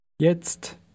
Jetzt